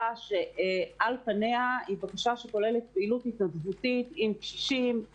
שעל פניה כוללת פעילות התנדבותית עם קשישים,